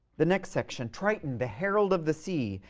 the next section triton, the herald of the sea.